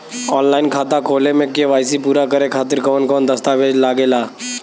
Online खाता खोले में के.वाइ.सी पूरा करे खातिर कवन कवन दस्तावेज लागे ला?